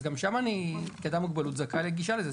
אז גם שם אני כאדם עם מוגבלות זכאי לגישה לזה,